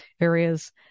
areas